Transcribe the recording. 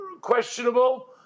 questionable